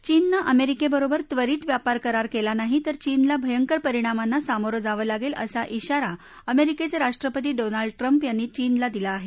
चीन ने अमेरिकेबरोबर त्वरित व्यापार करार केला नाही तर चीन ला भयंकर परिणामांना सामोरं जावं लागेल असा धिगारा अमेरिकेचे राष्ट्रपती डोनाल्ड ट्रम्प यांनी चीनला दिला आहे